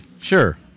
Sure